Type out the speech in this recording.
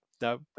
no